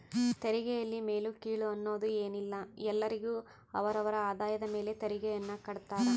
ತೆರಿಗೆಯಲ್ಲಿ ಮೇಲು ಕೀಳು ಅನ್ನೋದ್ ಏನಿಲ್ಲ ಎಲ್ಲರಿಗು ಅವರ ಅವರ ಆದಾಯದ ಮೇಲೆ ತೆರಿಗೆಯನ್ನ ಕಡ್ತಾರ